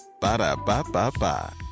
Ba-da-ba-ba-ba